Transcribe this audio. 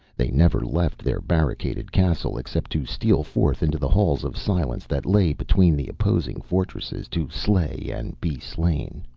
they never left their barricaded castle except to steal forth into the halls of silence that lay between the opposing fortresses, to slay and be slain.